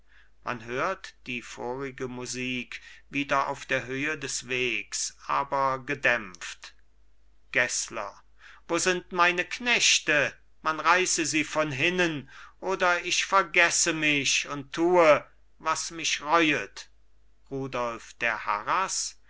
man hört die vorige musik wieder auf der höhe des wegs aber gedämpft gessler wo sind meine knechte man reiße sie von hinnen oder ich vergesse mich und tue was mich reuet rudolf der